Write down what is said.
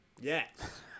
yes